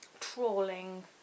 trawling